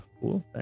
Cool